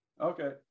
okay